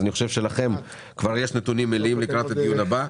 ואני חושב שלכם כבר יש נתונים מלאים לקראת הדיון הבא.